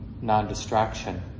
non-distraction